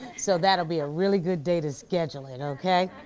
so that'll be a really good day to schedule it, okay?